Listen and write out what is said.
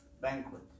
banquet